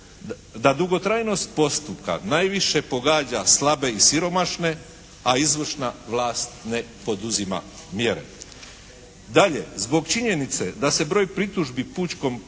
da dugotrajnost postupka najviše pogađa slabe i siromašne, a izvršna vlast ne poduzima mjere. Dalje, zbog činjenice da se broj pritužbi pučkom